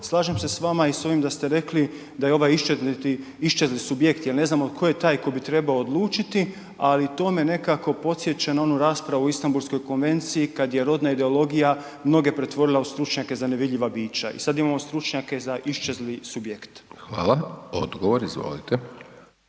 Slažem se s vama i s ovim da ste rekli da je ovaj iščezli subjekt jer ne znamo tko je taj tko bi trebao odlučiti, ali tome nekako podsjeća na onu raspravu o Istambulskoj konvenciji kad je rodna ideologija mnoge pretvorila u stručnjake za nevidljiva bića i sad imamo stručnjake za iščezli subjekt. **Hajdaš Dončić,